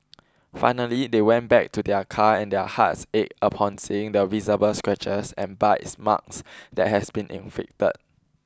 finally they went back to their car and their hearts ached upon seeing the visible scratches and bites marks that has been inflicted